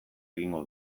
egingo